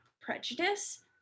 Prejudice